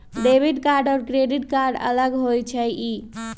Debit card या credit card अलग होईछ ई?